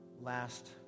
last